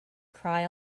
cry